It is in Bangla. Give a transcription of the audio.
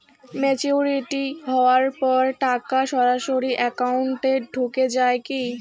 ম্যাচিওরিটি হওয়ার পর টাকা সরাসরি একাউন্ট এ ঢুকে য়ায় কি?